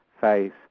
face